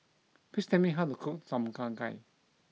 please tell me how to cook Tom Kha Gai